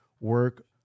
work